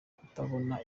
kutabona